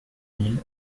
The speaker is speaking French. mille